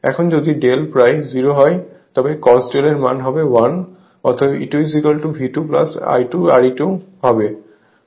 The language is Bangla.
এখন যদি ∂ প্রায় 0 হয় তবে cos ∂ এর মান হবে 1 অতএব E2 V2 I2 Re2 হবে